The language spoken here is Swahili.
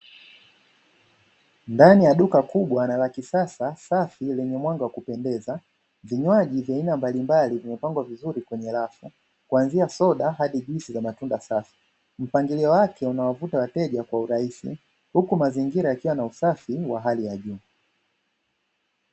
Ndani ya duka kubwa na la kisasa, safi na lenye mwanga wa kupendeza, vinywaji vya aina mbalimbali vimepangwa vizuri kwenye rafu kuanzia soda hadi juisi za matunda safi. Mpangilio wake unawavuta wateja kwa urahisi huku mazingira yakiwa na usafi wa hali ya juu.